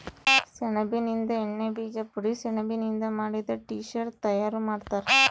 ಸೆಣಬಿನಿಂದ ಎಣ್ಣೆ ಬೀಜ ಪುಡಿ ಸೆಣಬಿನಿಂದ ಮಾಡಿದ ಟೀ ಶರ್ಟ್ ತಯಾರು ಮಾಡ್ತಾರ